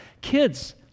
kids